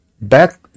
back